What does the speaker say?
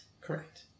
Correct